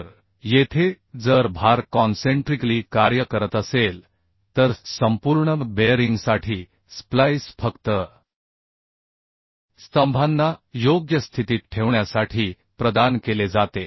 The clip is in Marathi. तर येथे जर भार कॉन्सेंट्रिकली कार्य करत असेल तर संपूर्ण बेअरिंगसाठी स्प्लाईस फक्त स्तंभांना योग्य स्थितीत ठेवण्यासाठी प्रदान केले जाते